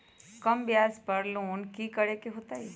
कम ब्याज पर लोन की करे के होतई?